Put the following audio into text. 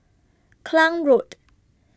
Klang Road